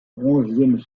onzième